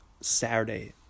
Saturday